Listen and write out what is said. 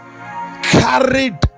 carried